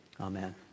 amen